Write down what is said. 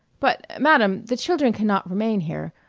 but, madam, the children can not remain here.